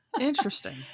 Interesting